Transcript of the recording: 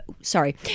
sorry